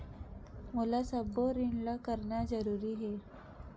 मोला सबो ऋण ला करना जरूरी हे?